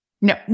No